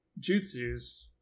jutsus